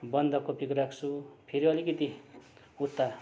बन्दकोपीको राख्छु फेरि अलिकति उता